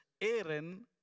Aaron